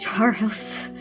Charles